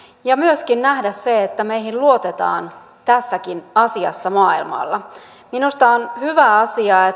ja myöskin nähdä se että meihin luotetaan tässäkin asiassa maailmalla minusta on hyvä asia